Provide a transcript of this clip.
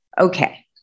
okay